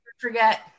forget